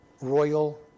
royal